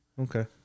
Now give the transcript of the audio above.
Okay